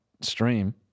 stream